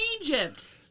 Egypt